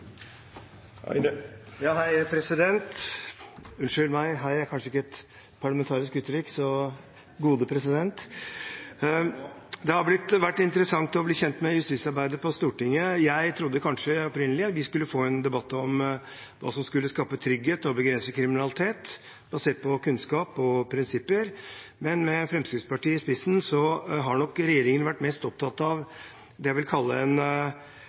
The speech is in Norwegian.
kanskje ikke et parlamentarisk uttrykk. Gode president! Det er bra! Det har vært interessant å bli kjent med justisarbeidet på Stortinget. Jeg trodde opprinnelig vi kanskje skulle få en debatt om hva som skulle skape trygghet og begrense kriminalitet, og se på kunnskap og premisser, men med Fremskrittspartiet i spissen har nok regjeringen vært mest opptatt av at det viktigste har vært å vise en